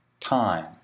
time